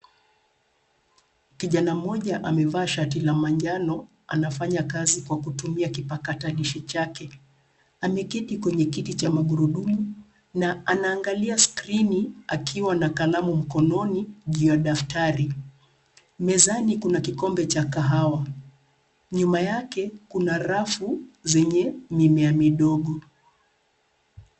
Kijana mmoja amevaa shati la manjano, anafanya kazi kwa kutumia kipakatalishi chake. Ameketi kwenye kiti cha magurudumu, na anaangalia skrini akiwa na kalamu mkononi juu ya daftari. Mezani kuna kikombe cha kahawa, nyuma yake kuna rafu zenye mimea midogo.